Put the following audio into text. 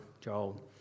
Joel